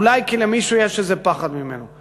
אולי כי למישהו יש איזה פחד ממנו.